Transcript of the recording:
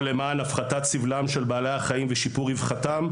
למען הפחתת סבלם של בעלי החיים ושיפור רווחתם,